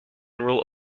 rule